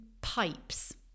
pipes